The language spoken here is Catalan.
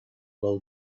del